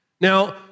Now